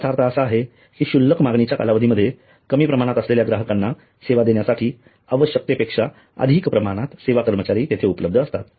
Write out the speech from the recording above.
याचा अर्थ असा आहे की क्षुल्लक मागणीच्या कालावधीमध्ये कमी प्रमाणात असलेल्या ग्राहकांना सेवा देण्यासाठी आवश्यकतेपेक्षा अधिक प्रमाणात सेवा कर्मचारी उपलब्ध असतात